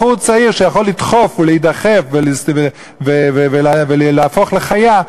בחור צעיר שיכול לדחוף ולהידחף ולהפוך לחיה,